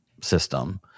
system